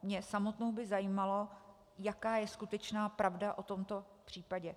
Mě samotnou by zajímalo, jaká je skutečná pravda o tomto případě.